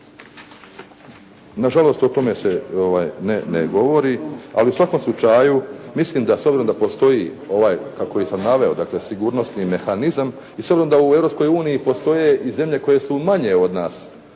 Na žalost o tome se ne govori, ali u svakom slučaju mislim da s obzirom da postoji ovaj koji sam naveo, dakle sigurnosni mehanizam i s obzirom da u Europskoj uniji postoje i zemlje koje su manje od nas